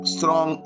Strong